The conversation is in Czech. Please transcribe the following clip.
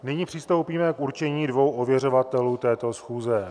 Nyní přistoupíme k určení dvou ověřovatelů této schůze.